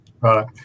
Right